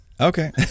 Okay